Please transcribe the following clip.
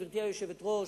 גברתי היושבת-ראש,